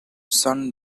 sun